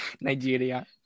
Nigeria